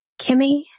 Kimmy